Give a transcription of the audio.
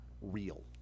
real